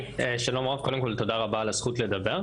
שלום רב, קודם כל תודה רבה על הזכות לדבר.